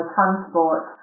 Transport